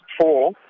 four